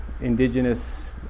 indigenous